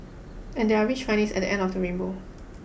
and there are rich findings at the end of the rainbow